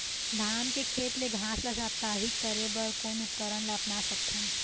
धान के खेत ले घास ला साप्ताहिक करे बर कोन उपकरण ला अपना सकथन?